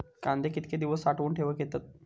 कांदे कितके दिवस साठऊन ठेवक येतत?